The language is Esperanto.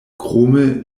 krome